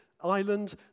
island